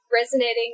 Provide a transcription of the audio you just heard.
resonating